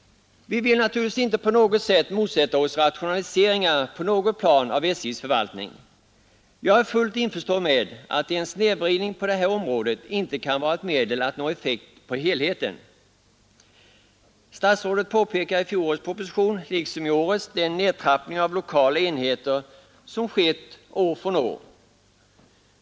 Vi vill naturligtvis inte på något vis motsätta oss rationaliseringar på något plan av SJ:s förvaltning. Jag är fullt införstådd med att en snedvridning på det här området inte kan vara ett medel att nå effekt för helheten. Statsrådet pekade i fjolårets proposition, liksom i årets, på den nedtrappning av lokala enheter som skett år från år.